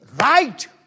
right